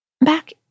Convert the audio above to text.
Back